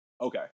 Okay